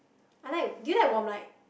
I like you like warm light